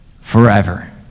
forever